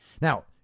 Now